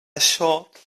short